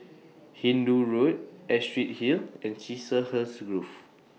Hindoo Road Astrid Hill and Chiselhurst Grove